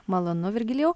malonu virgilijau